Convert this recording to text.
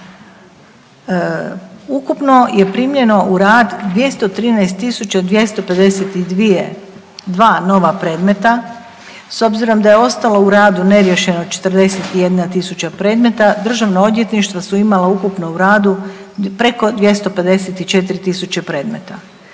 Ukupno je primljeno u rad 213.252 nova predmeta, s obzirom da je ostalo u radu neriješeno 41.000 predmeta državna odvjetništva su imala ukupno u radu preko 254.000 predmeta.